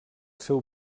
seu